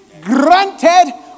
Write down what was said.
granted